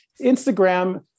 Instagram